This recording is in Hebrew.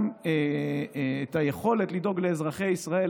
גם את היכולת לדאוג לאזרחי ישראל,